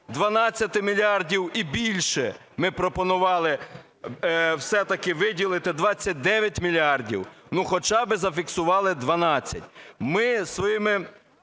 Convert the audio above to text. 12 мільярдів і більше, ми пропонували все-таки виділити 29 мільярдів, хоча б зафіксували 12. Ми своїми